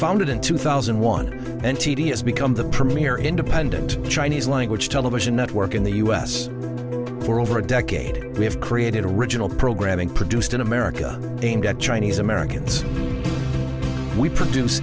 founded in two thousand and one and tedious become the premier independent chinese language television network in the us for over a decade we have created original programming produced in america aimed at chinese americans we produce